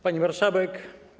Pani Marszałek!